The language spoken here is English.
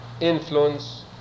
influence